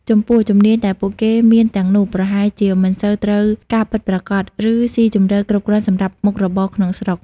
ចំពោះជំនាញដែលពួកគេមានទាំងនោះប្រហែលជាមិនសូវត្រូវការពិតប្រាកដ ឬមិនស៊ីជម្រៅគ្រប់គ្រាន់សម្រាប់មុខរបរក្នុងស្រុក។